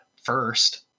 first